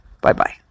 Bye-bye